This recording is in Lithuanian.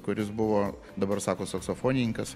kuris buvo dabar sako saksofonininkas